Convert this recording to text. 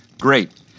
Great